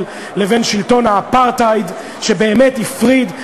לבין שלטון האפרטהייד שבאמת הפריד.